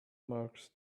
marks